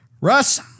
Russ